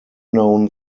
known